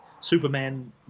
Superman